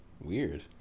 Weird